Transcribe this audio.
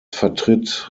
vertritt